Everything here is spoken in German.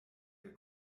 der